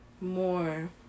more